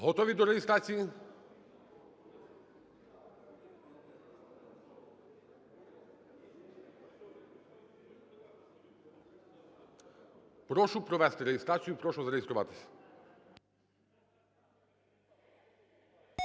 Готові до реєстрації? Прошу провести реєстрацію, прошу зареєструватись.